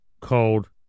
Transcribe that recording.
called